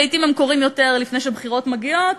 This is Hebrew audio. לעתים הם קורים יותר לפני שהבחירות מגיעות.